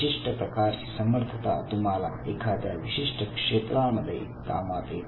विशिष्ट प्रकारची समर्थता तुम्हाला एखाद्या विशिष्ट क्षेत्रांमध्ये कामात येते